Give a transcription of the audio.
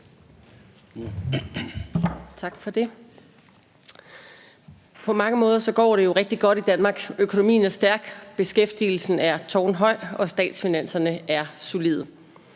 Tak for det. På mange måder går det jo rigtig godt i Danmark. Økonomien er stærk, beskæftigelsen er tårnhøj, og statsfinanserne er solide.